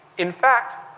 in fact,